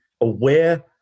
aware